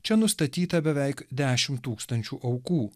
čia nustatyta beveik dešim tūkstančių aukų